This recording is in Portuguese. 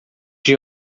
que